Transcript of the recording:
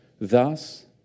Thus